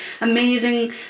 amazing